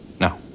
No